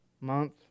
Month